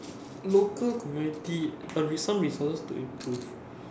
local community a re~ some resources to improve